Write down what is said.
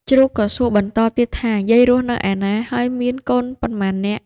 ជ្រូកក៏សួរបន្តទៀតថា យាយរស់នៅឯណា ហើយមានកូនប៉ុន្មាននាក់?